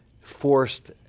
forced